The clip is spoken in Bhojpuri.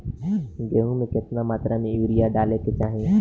गेहूँ में केतना मात्रा में यूरिया डाले के चाही?